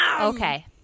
okay